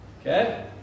Okay